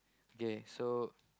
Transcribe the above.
K so